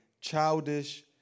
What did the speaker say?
childish